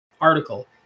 article